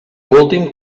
últim